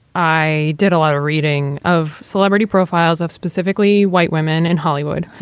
i did a lot of reading of celebrity profiles of specifically white women in hollywood,